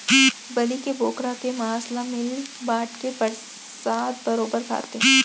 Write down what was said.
बलि के बोकरा के मांस ल मिल बांट के परसाद बरोबर खाथें